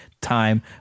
time